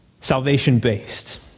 salvation-based